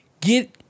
Get